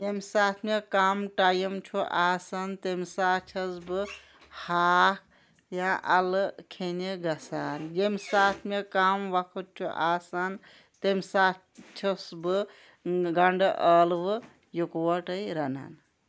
ییٚمہِ ساتہٕ مےٚ کَم ٹایِم چھُ آسان تَمہِ ساتہٕ چھَس بہٕ ہاکھ یا اَلہٕ کھٮ۪نہِ گژھان ییٚمہِ ساتہٕ مےٚ کَم وقت چھُ آسان تَمہِ ساتہٕ چھَس بہٕ گنٛڈٕ ٲلوٕ اکوٹے رَنان